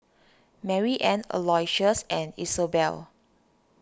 Maryanne Aloysius and Isobel